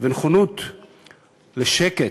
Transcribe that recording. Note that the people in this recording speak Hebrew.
ונכונות לשקט.